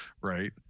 right